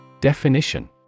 Definition